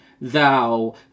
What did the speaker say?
thou